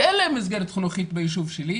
שאין להם מסגרת חינוכית ביישוב שלי,